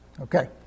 Okay